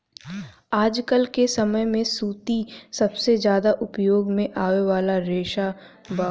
आजकल के समय में सूती सबसे ज्यादा उपयोग में आवे वाला रेशा बा